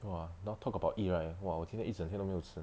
!wah! now talk about eat right !wah! 我今天一整天都没有吃